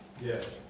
Yes